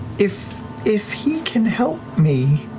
if if he can help me,